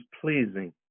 pleasing